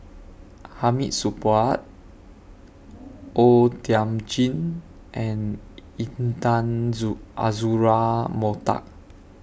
Hamid Supaat O Thiam Chin and Intan Zoo Azura Mokhtar